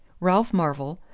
ralph marvell,